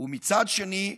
ומצד שני,